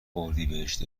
اردیبهشت